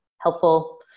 helpful